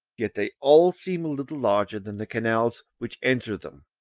yet they all seem a little larger than the canals which enter them.